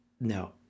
no